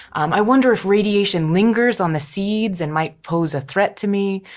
um i wonder if radiation lingers on the seeds and might pose a threat to me.